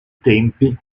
tempi